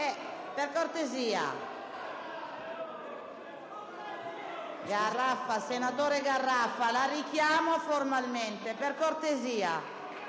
Senatore Garraffa, la richiamo formalmente.